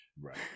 Right